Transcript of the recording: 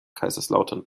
kaiserslautern